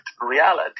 reality